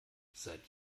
seit